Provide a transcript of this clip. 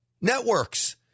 networks